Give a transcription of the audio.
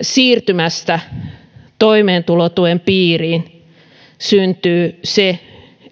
siirtymästä toimeentulotuen piiriin syntyy se